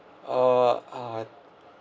uh I